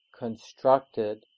constructed